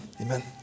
Amen